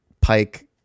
Pike